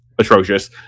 atrocious